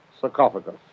sarcophagus